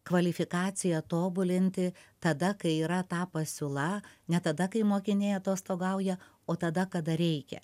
kvalifikaciją tobulinti tada kai yra ta pasiūla ne tada kai mokiniai atostogauja o tada kada reikia